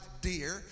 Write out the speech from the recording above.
dear